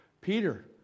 Peter